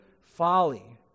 folly